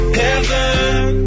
heaven